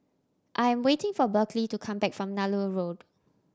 I am waiting for Berkley to come back from Nallur Road